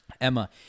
Emma